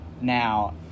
now